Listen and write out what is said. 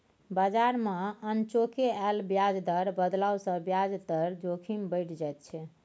बजार मे अनचोके आयल ब्याज दर बदलाव सँ ब्याज दर जोखिम बढ़ि जाइत छै